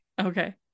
Okay